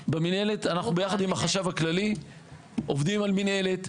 במנהלת, אנחנו יחד עם החשב הכללי עובדים על מנהלת,